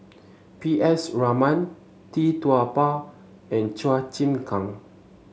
P S Raman Tee Tua Ba and Chua Chim Kang